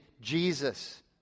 Jesus